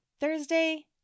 Thursday